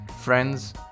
friends